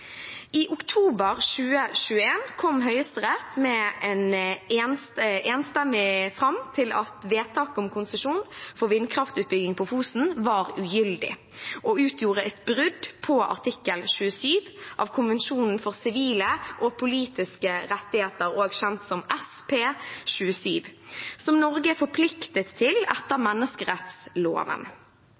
I oktober 2021 kom Høyesterett enstemmig fram til at vedtaket om konsesjon for vindkraftutbygging på Fosen var ugyldig og utgjorde et brudd på artikkel 27 av FN-konvensjonen om sivile og politiske rettigheter, også kjent som SP 27, som Norge er forpliktet til etter menneskerettsloven.